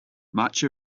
much